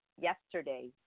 yesterday